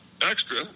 Extra